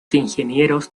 ingenieros